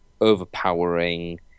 overpowering